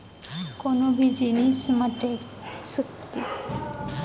कोनो भी जिनिस म टेक्स के लगई ह प्रत्यक्छ तरीका ले होथे या अप्रत्यक्छ तरीका के होथे